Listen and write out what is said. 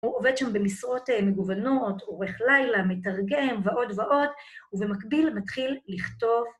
הוא עובד שם במשרות מגוונות, עורך לילה, מתרגם ועוד ועוד, ובמקביל מתחיל לכתוב